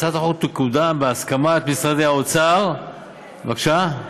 הצעת החוק תקודם בהסכמת משרדי האוצר, בבקשה?